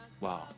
wow